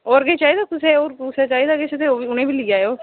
होर किश चाहिदा तुसेंगी होर किश चाहिदा ते उ'नेंगी बी लीऽ आएओ